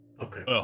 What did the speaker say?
Okay